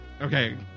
Okay